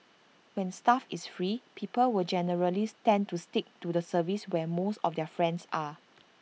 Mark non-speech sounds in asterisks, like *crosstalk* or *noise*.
when stuff is free people will generally *unintelligible* tend to stick to the service where most of their friends are